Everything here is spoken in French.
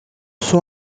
sur